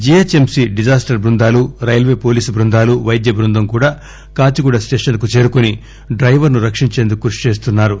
GHMC disaster బృందాలు railway police బృందాలు వైద్య బృందం కూడా కాచిగూడ స్టేషన్ కు చేరుకుని డైవర్ ను రక్షించేందుకు కృషిచేస్తున్నా రు